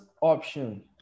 option